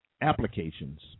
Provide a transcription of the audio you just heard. applications